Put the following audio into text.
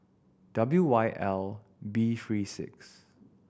W Y L B three six